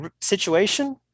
situation